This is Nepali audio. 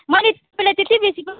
मैले तपाईँलाई त्यत्ति बेसी पनि